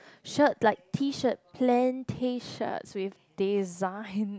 shirt like T shirt plain T shirts with design